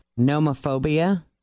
Nomophobia